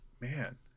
man